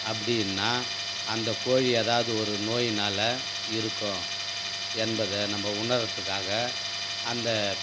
அப்படின்னா அந்த கோழி ஏதாவது ஒரு நோயினால் இருக்கும் என்பதை நம்ம உணருகிறதுக்காக அந்த